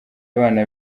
abana